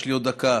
ויש לי עוד דקה.